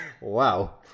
Wow